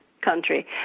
country